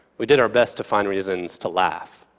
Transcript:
we did our best to find reasons to laugh.